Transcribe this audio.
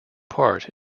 part